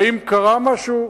האם קרה משהו?